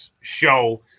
show